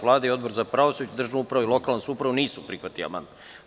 Vlada i Odbor za pravosuđe, državnu upravu i lokalnu samoupravu nisu prihvatili amandman.